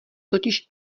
totiž